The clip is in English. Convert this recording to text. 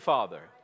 Father